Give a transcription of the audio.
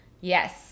Yes